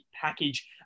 package